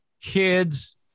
kids